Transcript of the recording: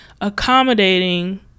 accommodating